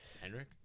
Henrik